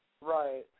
Right